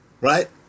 Right